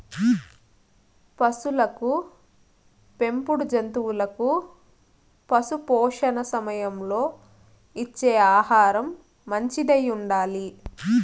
పసులకు పెంపుడు జంతువులకు పశుపోషణ సమయంలో ఇచ్చే ఆహారం మంచిదై ఉండాలి